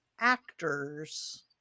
actors